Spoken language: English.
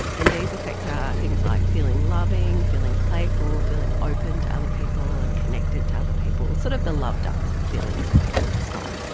and these effects are things like feeling loving, feeling the playful, feeling open to other people and connected to other people, sort of the loved-up feelings that people describe.